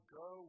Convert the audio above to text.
go